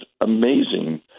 amazing